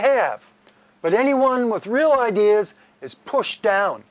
have but anyone with real ideas is pushed down